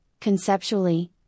conceptually